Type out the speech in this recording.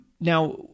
Now